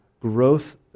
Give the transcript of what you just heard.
growth